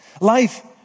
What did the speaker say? life